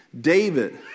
David